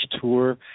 tour